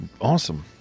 Awesome